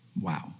Wow